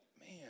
man